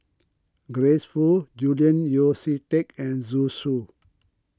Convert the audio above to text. Grace Fu Julian Yeo See Teck and Zhu Xu